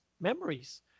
memories